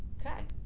okay.